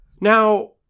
now